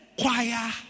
choir